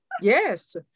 Yes